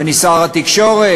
ואני שר התקשורת,